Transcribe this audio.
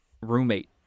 roommate